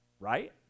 Right